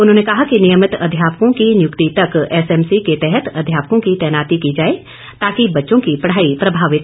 उन्होंने कहा कि नियमित अध्यापकों की नियुक्ति तक एसएमसी के तहत अध्यापकों की तैनाती की जाए ताकि बच्चों की पढ़ाई प्रभावित न हो